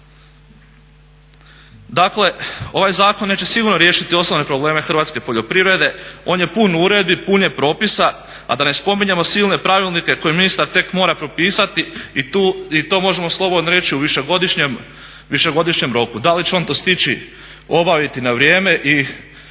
Dakle, ovaj zakon neće sigurno riješiti osnovne probleme hrvatske poljoprivrede, on je pun uredbi, pun je propisa, a da ne spominjemo silne pravilnike koje ministar tek mora propisati i to možemo slobodno reći u višegodišnjem roku. Da li će on to stići obaviti na vrijeme i